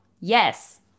Yes